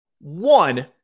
One